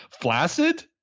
Flaccid